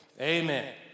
Amen